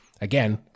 again